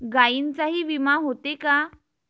गायींचाही विमा होते का?